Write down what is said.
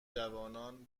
جوانان